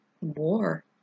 war